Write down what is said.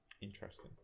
Interesting